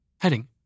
Heading